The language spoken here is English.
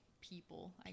people